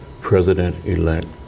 president-elect